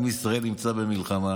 עם ישראל נמצא במלחמה,